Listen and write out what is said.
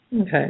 Okay